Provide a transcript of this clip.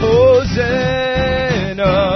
Hosanna